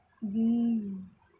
mm